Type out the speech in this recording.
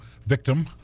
victim